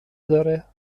داره